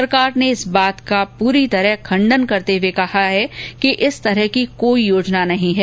सरकार ने इस बात का पूरी तरह खंडन करते हुए कहा है कि इस तरह की कोई योजना नहीं है